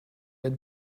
get